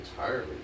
Entirely